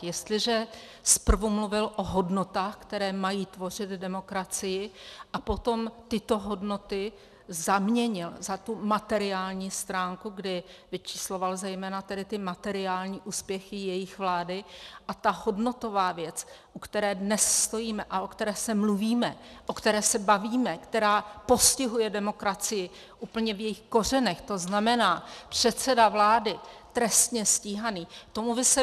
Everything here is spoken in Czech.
Jestliže zprvu mluvil o hodnotách, které mají tvořit demokracii, a potom tyto hodnoty zaměnil za tu materiální stránku, kdy vyčísloval zejména tedy ty materiální úspěchy jejich vlády, a ta hodnotová věc, u které dnes stojíme a o které mluvíme, o které se bavíme, která postihuje demokracii úplně v jejích kořenech, to znamená, předseda vlády trestně stíhaný, tomu vy se vyhýbáte obloukem.